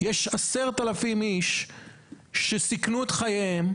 יש 10 אלפים איש שסיכנו את חייהם,